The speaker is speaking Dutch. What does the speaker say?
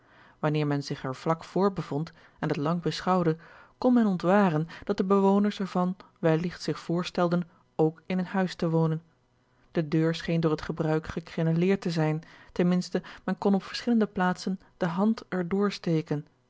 wanneer men zich er vlak voor bevond en het lang beschouwde kon men ontwaren dat de bewoners er van welligt zich voorstelden ook in een huis te wonen de deur scheen door het gebruik gecreneleerd te zijn ten minste men kon op verschillende plaatsen de hand er door steken